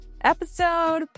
episode